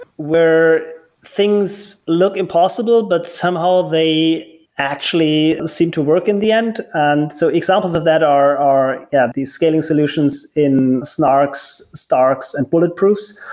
where things look impossible, but somehow they actually seem to work in the end. and so examples of that are are yeah the scaling solutions in snarks, starks and bulletproofs,